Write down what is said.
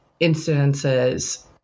incidences